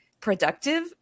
productive